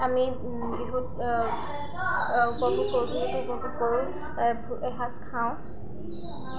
আমি বিহুত বিহুত বহু সৰু এসাজ খাওঁ